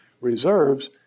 reserves